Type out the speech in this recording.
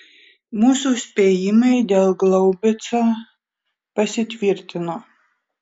mūsų spėjimai dėl glaubico pasitvirtino